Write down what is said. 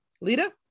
Lita